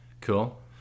Cool